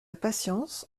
patience